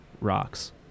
Rocks